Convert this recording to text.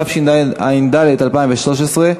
התשע"ד 2013,